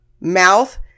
mouth